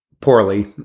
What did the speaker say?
poorly